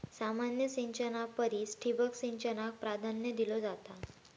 सामान्य सिंचना परिस ठिबक सिंचनाक प्राधान्य दिलो जाता